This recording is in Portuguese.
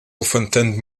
levantando